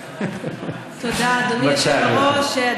תודה, אדוני היושב-ראש.